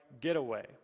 getaway